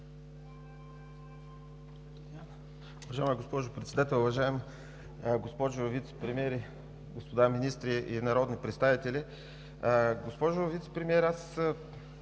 Уважаема госпожо Председател, уважаема госпожо Вицепремиер, господа министри и народни представители! Госпожо Вицепремиер, от